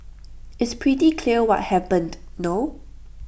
it's pretty clear what happened no